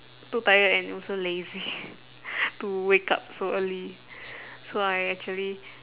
too tired and also lazy to wake up so early so I actually